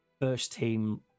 first-team